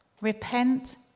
Repent